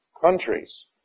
countries